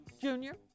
Junior